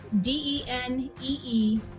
D-E-N-E-E